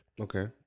Okay